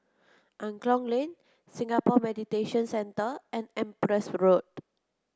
Angklong Lane Singapore Mediation Centre and Empress Road